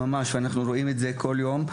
אנחנו רואים את זה כל יום.